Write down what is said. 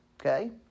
Okay